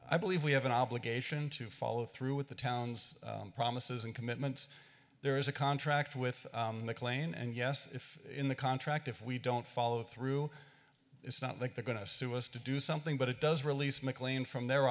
i believe we have an obligation to follow through with the town's promises and commitments there is a contract with mclean and yes if in the contract if we don't follow through it's not like they're going to sue us to do something but it does release mcclean from their